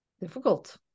difficult